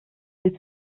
die